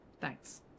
thanks